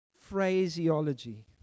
phraseology